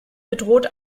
bedroht